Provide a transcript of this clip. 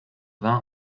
vint